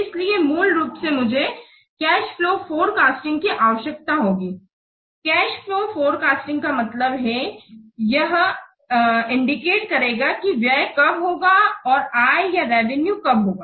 इसलिए मूल रूप से मुझे कॅश फ्लो फोरकास्टिंग कि आवश्कयता होगी और कॅश फ्लो फोरकास्टिंग का मतलब है यह इंडीकेट करेगा कि व्यय कब होगा और आय या रेवेनुए कब होगा